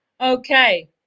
Okay